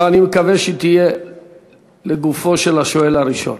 אבל אני מקווה שהיא תהיה לגופה של שאלת השואל הראשון.